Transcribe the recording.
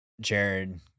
Jared